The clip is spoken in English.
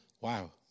Wow